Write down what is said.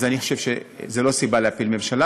אז אני לא חושב שזאת סיבה להפיל ממשלה,